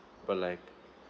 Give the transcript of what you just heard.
but like